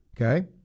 okay